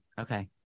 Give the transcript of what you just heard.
Okay